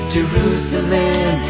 Jerusalem